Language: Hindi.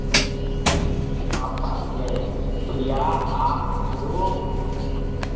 कहाँ फँस गया भैया आपको